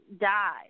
die